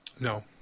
No